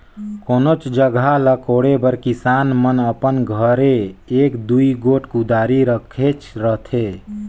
कोनोच जगहा ल कोड़े बर किसान मन अपन घरे एक दूई गोट कुदारी रखेच रहथे